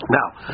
Now